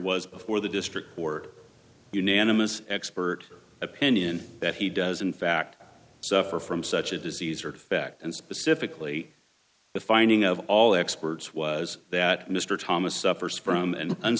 was before the district or unanimous expert opinion that he does in fact suffer from such a disease or defect and specifically the finding of all experts was that mr thomas suffers from an